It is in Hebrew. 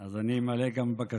אז אני ממלא את בקשתך.